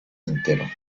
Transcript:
quintero